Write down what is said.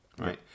right